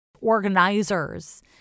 organizers